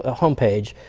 ah home page,